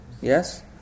Yes